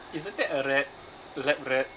isn't that a rat lab rat